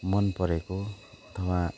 मन परेको अथवा